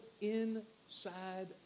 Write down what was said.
inside